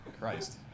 Christ